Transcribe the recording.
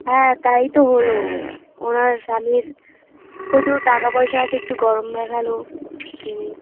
হ্যাঁ তাই তো হলো ওনার স্বামীর প্রচুর টাকা পয়সা আছে একটু গরম দেখাল তিনি